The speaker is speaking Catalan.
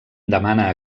demana